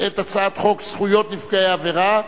התשע"א 2010,